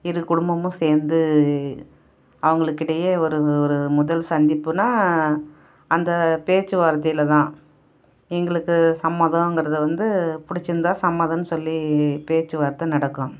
இரு குடும்பமும் சேர்ந்து அவங்களுக்கிடையே ஒரு ஒரு முதல் சந்திப்புனா அந்த பேச்சு வார்த்தையில் தான் எங்களுக்கு சம்மந்தங்கிறதை வந்து பிடிச்சி இருந்தால் சம்மதன்னு சொல்லி பேச்சு வார்த்தை நடக்கும்